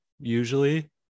usually